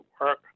work